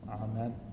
amen